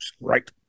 Right